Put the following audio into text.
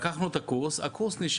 לקחנו את הקורס --- 11